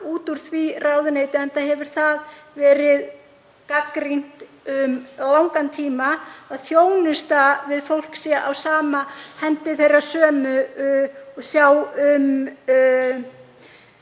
út úr því ráðuneyti enda hefur verið gagnrýnt um langan tíma að þjónusta við það fólk sé á hendi þeirra sömu og sjá um